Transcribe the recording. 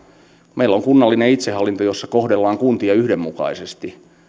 meillä on kunnallinen itsehallinto jossa kohdellaan kuntia yhdenmukaisesti